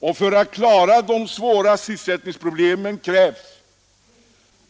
För att vi skall klara det svåra sysselsättningsproblemet krävs